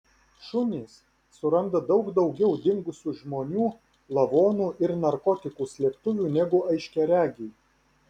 šunys suranda daug daugiau dingusių žmonių lavonų ir narkotikų slėptuvių negu aiškiaregiai